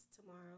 tomorrow